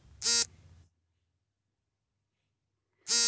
ಆಲೂಗೆಡ್ಡೆ ಬೆಳೆಯಲ್ಲಿ ಕೊರಕ ಕೀಟದ ಲಕ್ಷಣವೇನು?